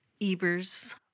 Ebers